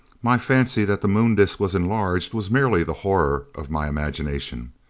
my fancy that the moon disc was enlarged was merely the horror of my imagination.